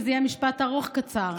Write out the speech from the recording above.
וזה יהיה משפט ארוך-קצר.